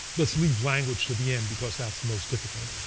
let's leave language to the end, because that's the most difficult.